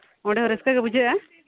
ᱚᱸᱰᱮ ᱦᱚᱸ ᱨᱟᱹᱥᱠᱟᱹ ᱜᱮ ᱵᱩᱡᱷᱟᱹᱜᱼᱟ